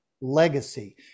legacy